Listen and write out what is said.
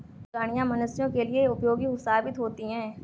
कुछ गाड़ियां मनुष्यों के लिए उपयोगी साबित होती हैं